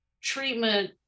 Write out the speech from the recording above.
treatment